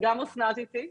שנמצאת איתי.